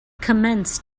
commenced